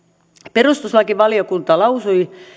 perustuslakivaliokunta lausui